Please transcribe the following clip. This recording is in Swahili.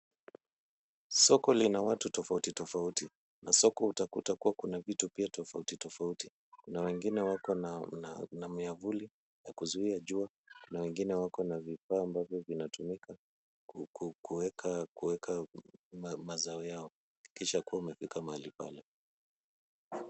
Soko lina watu tofauti tofauti na soko utakuta kuwa kuna vitu pia tofauti tofauti. Kuna wengine wako na miavuli ya kuzuia jua na wengine wako na vibao ambavyo vinatumika kuweka mazao yao. Hakikisha kuwa umefika mahali pale.